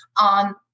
on